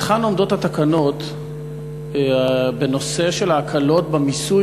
היכן עומדות התקנות בנושא של ההקלות במיסוי